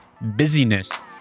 busyness